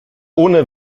ohne